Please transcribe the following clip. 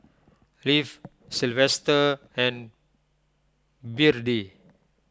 Leif Silvester and Byrdie